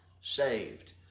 saved